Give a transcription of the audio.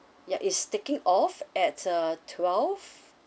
ya it's taking off at uh twelve